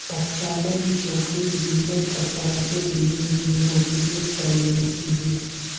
परिचालन जोखिम बीमाकर्ताओं के लिए यूरोपीय सॉल्वेंसी है